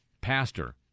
pastor